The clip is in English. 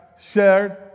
shared